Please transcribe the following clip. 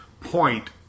point